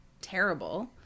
terrible